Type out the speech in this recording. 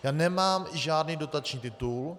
Já nemám žádný dotační titul.